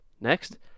next